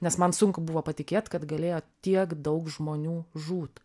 nes man sunku buvo patikėt kad galėjo tiek daug žmonių žūt